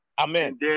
Amen